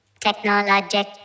technologic